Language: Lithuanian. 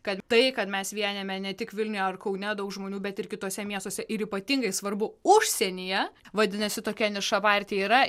kad tai kad mes vienijame ne tik vilniuje ar kaune daug žmonių bet ir kituose miestuose ir ypatingai svarbu užsienyje vadinasi tokia niša partijai yra